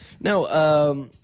No